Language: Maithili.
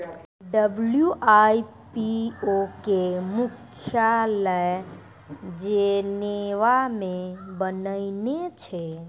डब्ल्यू.आई.पी.ओ के मुख्यालय जेनेवा मे बनैने छै